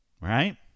Right